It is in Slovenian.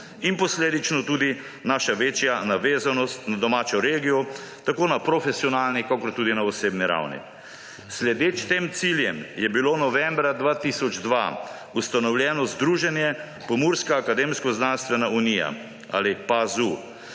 in posledično tudi naša večja navezanost na domačo regijo, tako na profesionalni kot tudi na osebni ravni. Sledeč tem ciljem je bilo novembra 2002 ustanovljeno Združenje Pomurska akademsko-znanstvena unija ali PAZU,